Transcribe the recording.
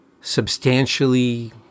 substantially